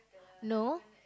no